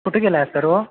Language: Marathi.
कुठं गेला आहे आख्तर